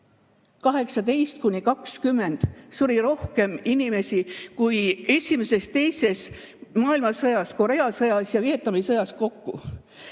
miljonit. Suri rohkem inimesi kui esimeses ja teises maailmasõjas, Korea sõjas ja Vietnami sõjas kokku.